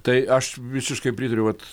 tai aš visiškai pritariu vat